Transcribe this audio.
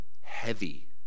heavy